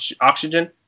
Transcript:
oxygen